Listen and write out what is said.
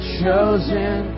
chosen